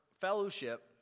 fellowship